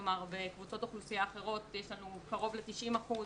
כלומר בקבוצות אוכלוסייה אחרות יש לנו קרוב ל-90% ,